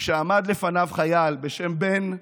כשעמד לפניו חייל בשם בן דרי,